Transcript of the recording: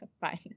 Fine